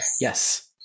Yes